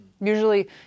Usually